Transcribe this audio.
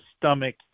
stomach